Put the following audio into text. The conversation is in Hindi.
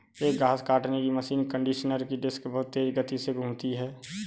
एक घास काटने की मशीन कंडीशनर की डिस्क बहुत तेज गति से घूमती है